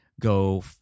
go